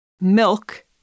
milk